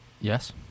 Yes